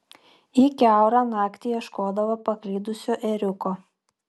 ji kiaurą naktį ieškodavo paklydusio ėriuko